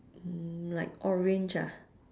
mm like orange ah